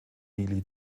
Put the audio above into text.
dili